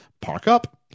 park-up